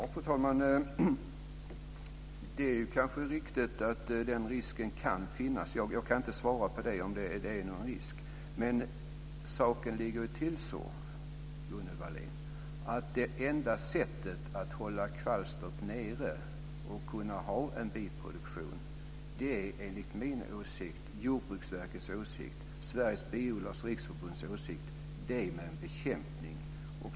Fru talman! Det är kanske riktigt att den risken finns. Jag kan inte svara på om det är någon risk. Saken ligger till så, Gunnel Wallin, att det enda sättet att hålla tillbaka kvalstret och kunna ha en biproduktion är bekämpning, enligt min åsikt, Jordbruksverkets åsikt och Sveriges Biodlares Riksförbunds åsikt.